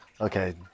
Okay